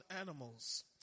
animals